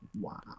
Wow